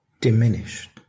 diminished